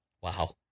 Wow